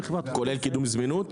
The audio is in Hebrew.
כולל קידום זמינות?